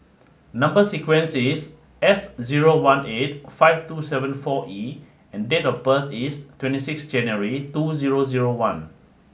number sequence is S zero one eight five two seven four E and date of birth is twenty six January two zero zero one